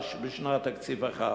חדש בשנת תקציב אחת.